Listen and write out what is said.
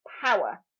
power